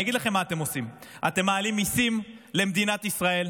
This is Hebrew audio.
אני אגיד לכם מה אתם עושים: אתם מעלים מיסים למדינת ישראל,